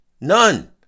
None